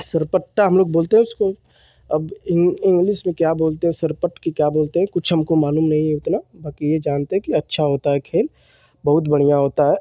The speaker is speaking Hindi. सुरपट्टा हमलोग बोलते हैं उसको अब इन इंग्लिश में क्या बोलते हैं सरपट कि क्या बोलते हैं कुछ हमको मालूम नहीं है उतना बाक़ी यह जानते हैं कि अच्छा होता है खेल बहुत बढ़ियाँ होता है